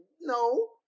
No